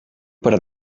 per